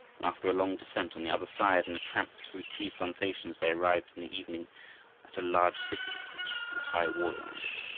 and after a long descent on the other side and a tramp through tea plantations they arrived in the evening at a large city with a high wall around it,